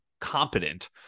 competent